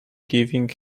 giving